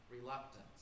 reluctance